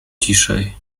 ciszej